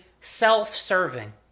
self-serving